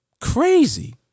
Crazy